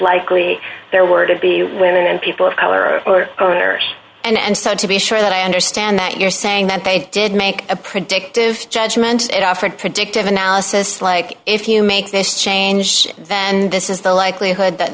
likely there were to be women and people of color or owners and so to be sure that i understand that you're saying that they did make a predictive judgment and offered predictive analysis like if you make this change then this is the likelihood that